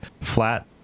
flat